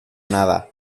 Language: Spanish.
nada